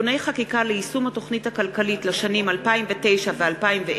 (תיקוני חקיקה ליישום התוכנית הכלכלית לשנים 2009 ו-2010)